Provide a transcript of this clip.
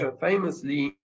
famously